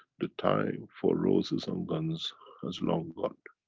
the time for roses and guns has long gone.